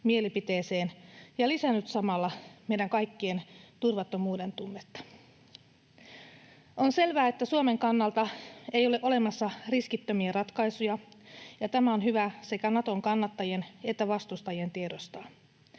mielipiteeseen ja lisännyt samalla meidän kaikkien turvattomuuden tunnetta. On selvää, että Suomen kannalta ei ole olemassa riskittömiä ratkaisuja, ja tämä on hyvä sekä Naton kannattajien että vastustajien tiedostaa.